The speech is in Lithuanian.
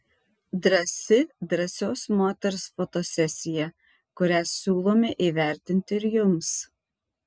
drąsi drąsios moters fotosesija kurią siūlome įvertinti ir jums